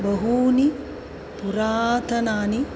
बहूनि पुरातनानि